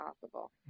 possible